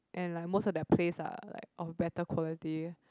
and like most of their place are like of better quality